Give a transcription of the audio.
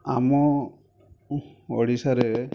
ଆମ ଓଡ଼ିଶାରେ